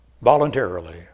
Voluntarily